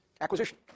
acquisition